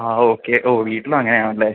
ആ okay oh വീട്ടിലും അങ്ങനെയാണല്ലേ